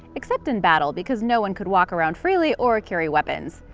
except in battle because no one could walk around freely or carry weapons.